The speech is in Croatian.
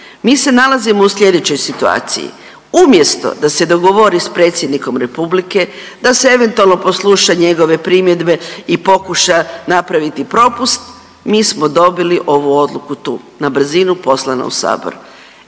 Mi se nalazimo u sljedećoj situaciji, umjesto da se dogovori s Predsjednikom Republike, da se eventualno posluša njegove primjedbe i pokuša napraviti propust, mi smo dobili ovu Odluku tu, na brzinu poslano u Sabor.